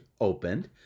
opened